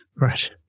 Right